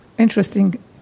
interesting